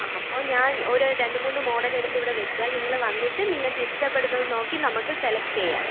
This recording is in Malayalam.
ആ അപ്പം ഞാനൊരു രണ്ടുമൂന്നു മോഡലെടുത്തിവിടെവയ്ക്കാം നിങ്ങൾ വന്നിട്ട് നിങ്ങൾക്കിഷ്ടപ്പെടുന്നത് നോക്കി നമുക്ക് സെലക്ട് ചെയ്യാം